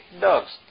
dogs